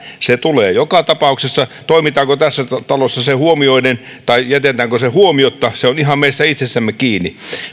se tulee joka tapauksessa toimitaanko tässä talossa se huomioiden tai jätetäänkö se huomiotta se on ihan meistä itsestämme kiinni